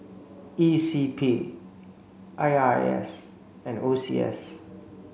E C P I R A S and O C S